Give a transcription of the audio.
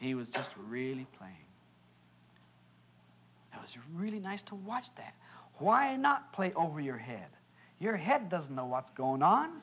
he was just really playing it was really nice to watch that why not play over your head your head doesn't know what's going on